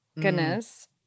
goodness